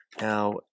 Now